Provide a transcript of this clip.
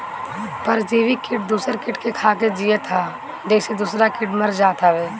परजीवी किट दूसर किट के खाके जियत हअ जेसे दूसरा किट मर जात हवे